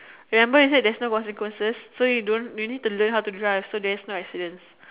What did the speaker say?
remember you said there is no consequences so you don't you need to learn how to drive so there is no accidents